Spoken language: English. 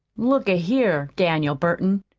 look a-here, daniel burton,